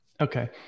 Okay